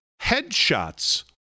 headshots